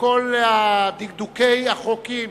בכל דקדוקי החוקים,